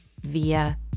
via